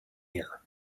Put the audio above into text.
here